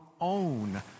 own